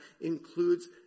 includes